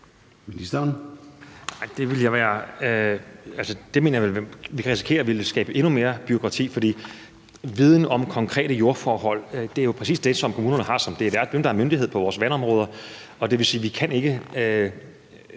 jo kan risikere at ville skabe endnu mere bureaukrati. For en viden om konkrete jordforhold er jo præcis det, som kommunerne har. Det er dem, der er myndighed på vores vandområde,